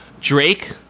Drake